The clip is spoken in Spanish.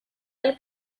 del